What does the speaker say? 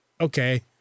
Okay